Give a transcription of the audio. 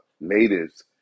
natives